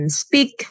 speak